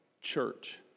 church